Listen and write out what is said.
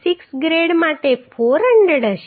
6 grade માટે 400 હશે